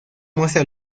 muestra